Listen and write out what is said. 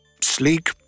Sleek